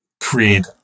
create